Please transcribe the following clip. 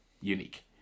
unique